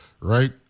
right